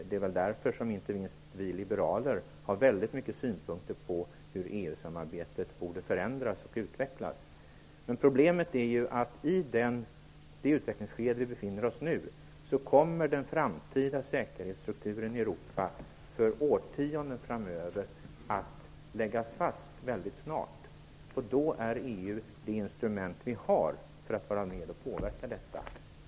Det var därför som inte minst vi liberaler har väldigt många synpunkter på hur EU samarbetet borde förändras och utvecklas. Problemet är att den framtida säkerhetsstrukturen i Europa i det utvecklingsskede som vi befinner oss i kommer att för årtionden framöver läggas fast snart. Då är EU det instrument som vi har för att påverka.